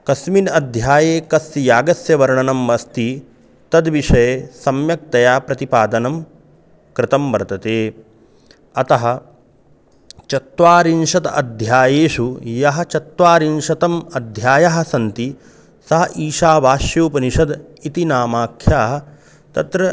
कस्मिन् अध्याये कस् यागस्य वर्णनम् अस्ति तद्विषये सम्यक्तया प्रतिपादनं कृतं वर्तते अतः चत्वारिंशत् अध्यायेषु यः चत्वारिंशत् अध्यायाः सन्ति सः ईशावास्योपनिषद् इति नामाख्या तत्र